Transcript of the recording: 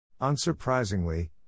Unsurprisingly